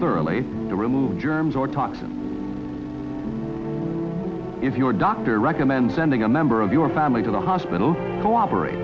thoroughly to remove germs or toxins if your doctor recommends sending a member of your family to the hospital cooperate